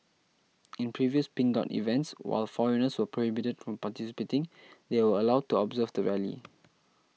in previous Pink Dot events while foreigners were prohibited from participating they were allowed to observe the rally